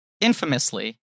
infamously